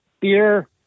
beer